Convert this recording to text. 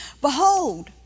Behold